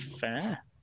Fair